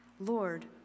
Lord